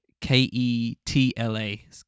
K-E-T-L-A